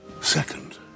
second